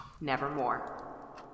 Nevermore